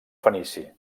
fenici